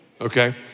okay